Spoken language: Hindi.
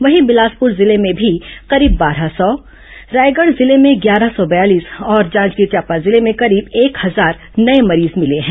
वहीं बिलासपुर जिले में भी करीब बारह सौ रायगढ़ जिले में ग्यारह सौ बयालीस और जांजगीर चांपा जिले में करीब एक हजार नये मरीज मिले हैं